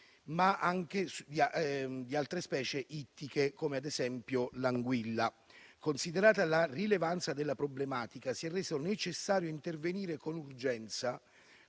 ma anche su altre specie ittiche come ad esempio l'anguilla. Considerata la rilevanza della problematica si è reso necessario intervenire con urgenza,